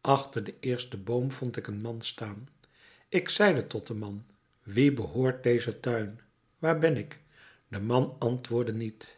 achter den eersten boom vond ik een man staan ik zeide tot den man wien behoort deze tuin waar ben ik de man antwoordde niet